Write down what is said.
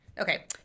Okay